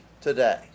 today